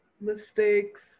mistakes